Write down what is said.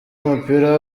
w’umupira